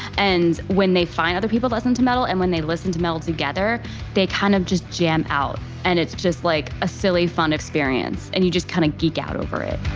and when they find other people that listen to metal and when they listen to metal together they kind of just jam out, and it's just like a silly, fun experience and you just kind of geek out over it